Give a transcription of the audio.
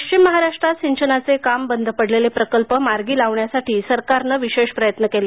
पश्चिम महाराष्ट्रात सिंचनाचे काम बंद पडलेले प्रकल्प मार्गी लावण्यासाठी सरकारने विशेष प्रयत्न केले